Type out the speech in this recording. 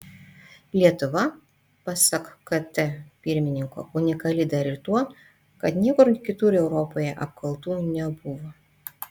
lietuva pasak kt pirmininko unikali dar ir tuo kad niekur kitur europoje apkaltų nebuvo